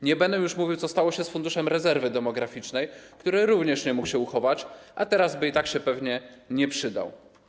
Nie będę już mówić, co stało się z Funduszem Rezerwy Demograficznej, który również nie mógł się uchować, a teraz i tak pewnie by się nie przydał.